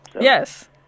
Yes